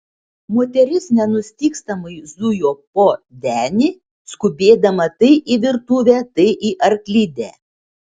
moteris nenustygstamai zujo po denį skubėdama tai į virtuvę tai į arklidę